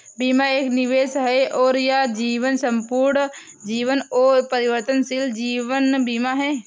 बीमा एक निवेश है और यह जीवन, संपूर्ण जीवन और परिवर्तनशील जीवन बीमा है